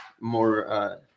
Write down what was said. more